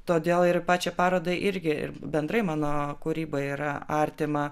todėl ir pačiai parodai irgi ir bendrai mano kūrybai yra artima